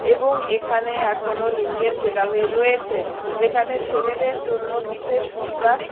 এবং এখানে এখনও লিঙ্গের ভেদাভেদ রয়েছে যেখানে ছেলেদের জন্য বিশেষ সুবিধা